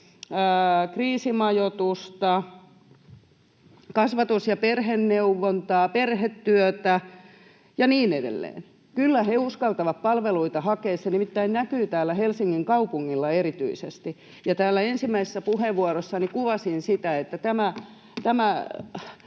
kriisimajoitusta, kasvatus- ja perheneuvontaa, perhetyötä ja niin edelleen. Kyllä he uskaltavat palveluita hakea, se nimittäin näkyy täällä Helsingin kaupungilla erityisesti. Täällä ensimmäisessä puheenvuorossani kuvasin sitä, että tämä